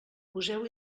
poseu